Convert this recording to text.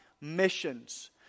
missions